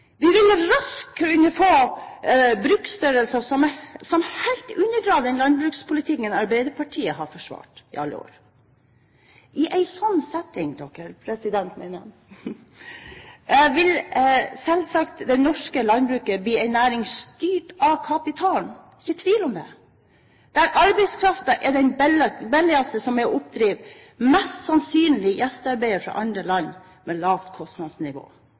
Vi ville raskt kunne få bruksstørrelser som helt undergraver den landbrukspolitikken Arbeiderpartiet har forsvart i alle år. I en sånn setting vil det norske landbruket selvsagt bli en næring styrt av kapitalen, det er ikke tvil om det, der arbeidskraften blir den billigste som er å oppdrive – mest sannsynlig gjestearbeidere fra andre land med lavt kostnadsnivå.